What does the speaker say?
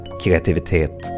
kreativitet